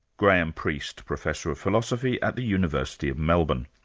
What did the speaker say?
graham priest, professor of philosophy at the university of melbourne.